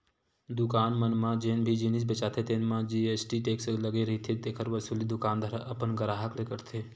दुकान मन म जेन भी जिनिस बेचाथे तेन म जी.एस.टी टेक्स लगे रहिथे तेखर वसूली दुकानदार ह अपन गराहक ले करथे